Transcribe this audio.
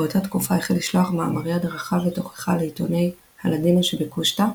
באותה תקופה החל לשלוח מאמרי הדרכה ותוכחה לעיתוני הלאדינו שבקושטא,